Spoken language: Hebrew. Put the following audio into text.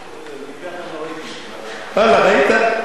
הוא ניפח לנו רייטינג, ואללה, ראית?